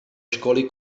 školy